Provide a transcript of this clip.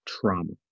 trauma